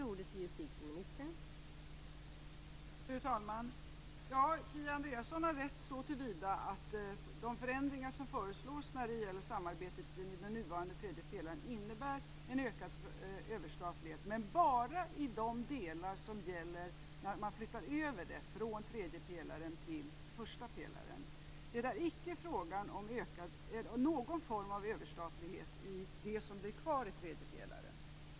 Fru talman! Ja, Kia Andreasson har rätt så till vida att de förändringar som föreslås när det gäller samarbetet i den nuvarande tredje pelaren innebär en ökad överstatlighet, men bara när man flyttar över samarbetet från tredje till första pelaren. Det är icke fråga om någon form av överstatlighet i det som blir kvar i tredje pelaren.